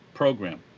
program